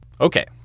Okay